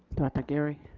director geary.